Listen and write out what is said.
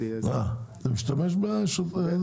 משתמשים בו.